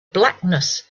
blackness